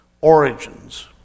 origins